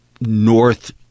North